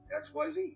XYZ